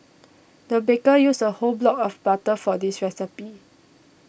the baker used a whole block of butter for this recipe